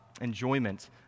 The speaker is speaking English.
Enjoyment